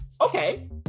Okay